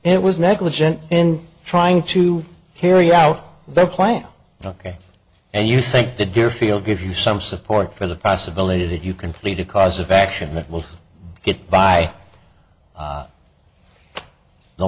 it was negligent in trying to carry out the plan ok and you think the deerfield gives you some support for the possibility that you can plead a cause of action that will get by